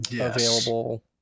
available